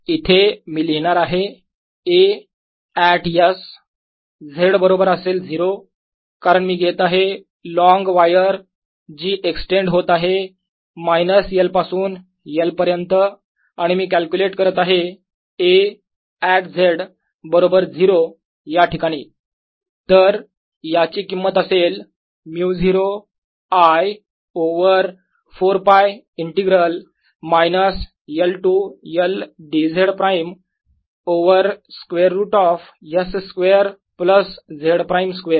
इथे मी लिहिणार आहे A ऍट S Z बरोबर असेल 0 कारण मी घेत आहे लॉन्ग वायर जी एक्सटेंड होत आहे मायनस L पासून L पर्यंत आणि मी कॅल्क्युलेट करत आहे A ऍट Z बरोबर 0 या ठिकाणी तर याची किंमत असेल μ0 I over 4π integral minus L to L dz prime over square root of S square plus Z prime square